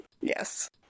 Yes